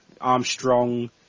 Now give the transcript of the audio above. Armstrong